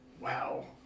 Wow